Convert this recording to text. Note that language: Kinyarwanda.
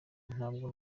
ntabwo